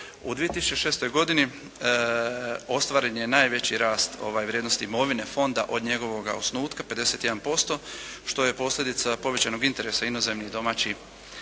U 2006. godini ostvaren je najveći rast vrijednosti imovine fonda od njegovoga osnutka 51% što je posljedica povećanog interesa inozemnih domaćih